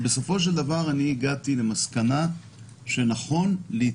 בסופו של דבר הגעתי למסקנה שמבחינת